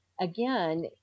again